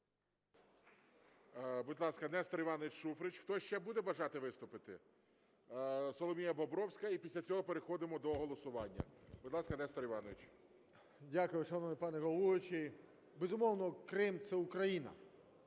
Дякую, шановний пане головуючий. Безумовно, Крим – це Україна.